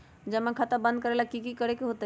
जमा खाता बंद करे ला की करे के होएत?